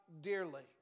dearly